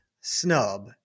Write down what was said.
snub